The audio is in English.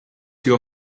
your